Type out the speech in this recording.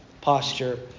posture